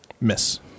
Miss